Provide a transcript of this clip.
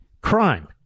crime